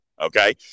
okay